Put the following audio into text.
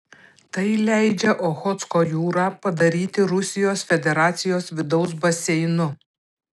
tai leidžia ochotsko jūrą padaryti rusijos federacijos vidaus baseinu